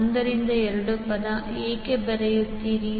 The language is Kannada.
1 ರಿಂದ 2 ಪದ ಏಕೆ ಬರುತ್ತಿದೆ